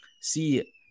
See